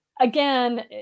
again